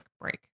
break